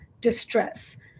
distress